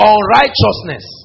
Unrighteousness